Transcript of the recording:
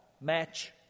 match